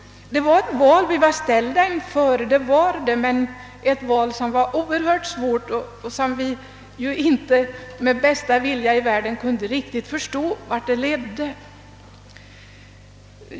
Vi var ställda inför ett synnerligen svårt val, och vi kunde inte med bästa vilja i världen bestämt säga vart beslutet skulle komma att leda.